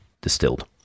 distilled